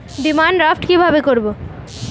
Demand draft কীভাবে করব?